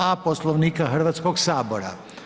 A Poslovnika Hrvatskog sabora.